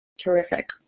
Terrific